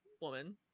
woman